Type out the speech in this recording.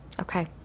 Okay